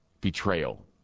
betrayal